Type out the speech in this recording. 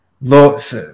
lots